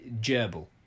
gerbil